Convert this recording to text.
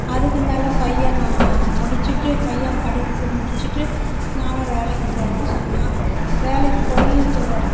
அதுக்கு மேலே பையன் நான் முடிச்சிவிட்டு பையன் படிப்பு முடிச்சிவிட்டு நான் வேலைக்கு போகறன்னு சொன்னான் வேலைக்கு போய்